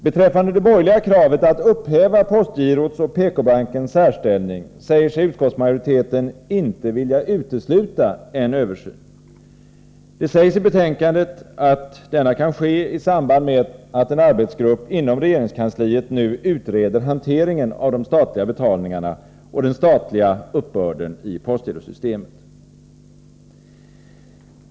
Beträffande det borgerliga kravet att upphäva postgirots och PK-bankens särställning säger sig utskottsmajoriteten inte vilja utesluta en översyn. Det sägs i betänkandet att denna kan ske i samband med att en arbetsgrupp inom regeringskansliet nu utreder hanteringen av de statliga betalningarna och den statliga uppbörden i postgirosystemet.